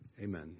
Amen